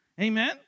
Amen